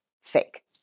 fake